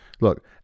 look